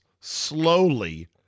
slowly